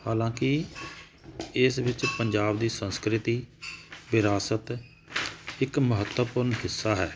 ਹਾਲਾਂਕਿ ਇਸ ਵਿੱਚ ਪੰਜਾਬ ਦੀ ਸੰਸਕ੍ਰਿਤੀ ਵਿਰਾਸਤ ਇੱਕ ਮਹੱਤਵਪੂਰਨ ਹਿੱਸਾ ਹੈ